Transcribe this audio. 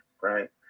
Right